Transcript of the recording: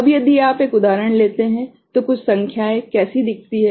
अब यदि आप एक उदाहरण लेते हैं तो कुछ संख्याएँ कैसी दिखती हैं